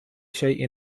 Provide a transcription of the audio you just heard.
شيء